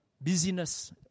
busyness